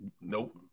Nope